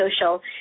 social